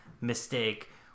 mistake